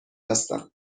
هستم